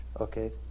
okay